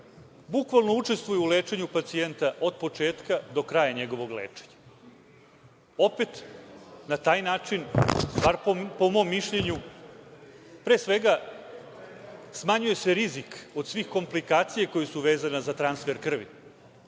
bukvalno učestvuje u lečenju pacijenta od početka do kraja njegovog lečenja. Opet na taj način, bar po mom mišljenju, pre svega smanjuje se rizik od svih komplikacija koje su vezane za transfer krvi.